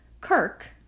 Kirk